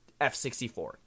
f64